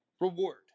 reward